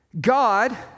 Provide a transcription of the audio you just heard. God